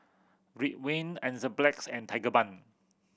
Ridwind Enzyplex and Tigerbalm